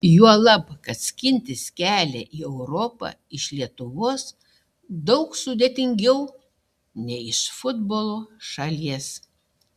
juolab kad skintis kelią į europą iš lietuvos daug sudėtingiau nei iš futbolo šalies